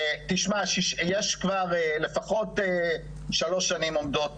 יש כבר לפחות שלוש שנים עומדות